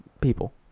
people